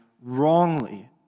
wrongly